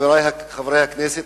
חברי חברי הכנסת,